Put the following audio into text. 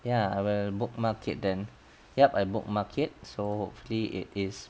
ya I will bookmark it then yup I bookmark it so hopefully it is